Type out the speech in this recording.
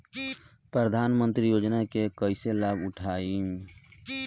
प्रधानमंत्री योजना के कईसे लाभ उठाईम?